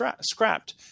scrapped